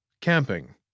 Camping